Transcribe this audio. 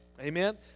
Amen